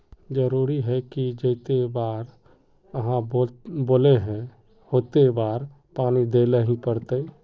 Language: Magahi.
जरूरी है की जयते बार आहाँ बोले है होते बार पानी देल ही पड़ते?